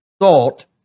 thought